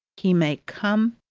he may come,